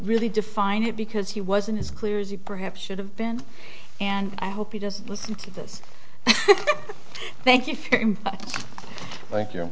really define it because he wasn't as clear as he perhaps should have been and i hope he does listen to this thank you thank you